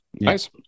nice